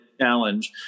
challenge